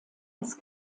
als